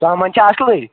ژامن چھا اصلٕے